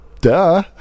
Duh